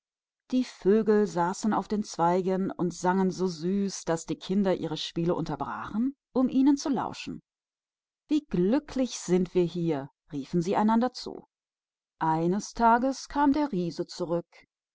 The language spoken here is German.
die vögel saßen auf den bäumen und sangen so süß daß die kinder immer wieder in ihren spielen innehielten um zu lauschen wie glücklich wir hier doch sind riefen sie einander zu eines tages kam der riese